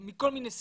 מכל מיני סיבות,